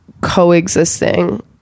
coexisting